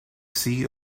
see